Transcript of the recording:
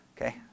Okay